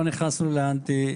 לא נכנסנו לאנטי.